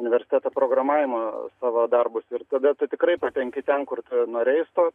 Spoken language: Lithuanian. universitetą programavimo savo darbus ir tada tu tikrai patenki ten kur tu norėjai įstot